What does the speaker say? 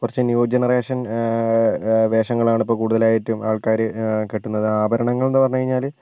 കുറച്ച് new generation വേഷങ്ങളാണിപ്പോൾ കൂടുതലായിട്ടും ആൾക്കാർ കെട്ടുന്നത് ആഭരണങ്ങൾ എന്നു പറഞ്ഞ് കഴിഞ്ഞാൽ